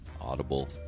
Audible